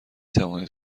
توانید